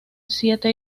siete